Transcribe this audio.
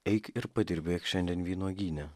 eik ir padirbėk šiandien vynuogyne